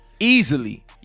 Easily